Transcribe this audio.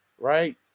right